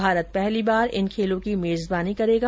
भारत पहली बार इन खेलों की मेजबानी करेगा